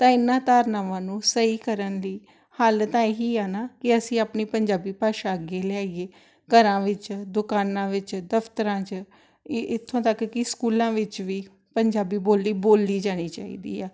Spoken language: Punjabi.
ਤਾਂ ਇਹਨਾਂ ਧਾਰਨਾਵਾਂ ਨੂੰ ਸਹੀ ਕਰਨ ਲਈ ਹੱਲ ਤਾਂ ਇਹੀ ਆ ਨਾ ਕਿ ਅਸੀਂ ਆਪਣੀ ਪੰਜਾਬੀ ਭਾਸ਼ਾ ਅੱਗੇ ਲਿਆਈਏ ਘਰਾਂ ਵਿੱਚ ਦੁਕਾਨਾਂ ਵਿੱਚ ਦਫ਼ਤਰਾਂ 'ਚ ਇ ਇੱਥੋਂ ਤੱਕ ਕਿ ਸਕੂਲਾਂ ਵਿੱਚ ਵੀ ਪੰਜਾਬੀ ਬੋਲੀ ਬੋਲੀ ਜਾਣੀ ਚਾਹੀਦੀ ਆ